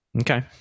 Okay